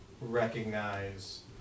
recognize